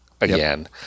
again